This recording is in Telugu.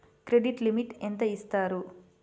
క్రెడిట్ లిమిట్ ఎంత ఇస్తారు?